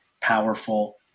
powerful